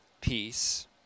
peace